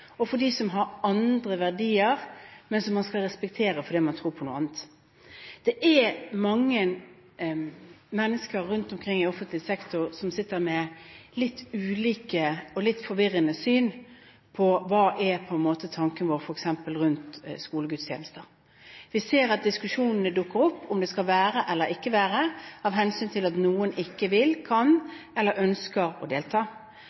og samfunnets grunnleggende verdier gjør dette det lettere å møte andre – som bolverk mot dem som vil rive det ned – som har andre verdier, men som man skal respektere når de tror på noe annet. Det er mange mennesker rundt omkring i offentlig sektor som sitter med litt ulikt og forvirrende syn på hva som er tanken vår f.eks. om skolegudstjenester. Vi ser at diskusjonen om det skal være eller ikke være skolegudstjeneste, dukker opp, av hensyn til